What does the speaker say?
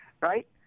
right